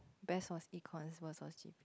best was econs worst was G_P